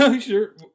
sure